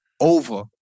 over